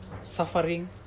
suffering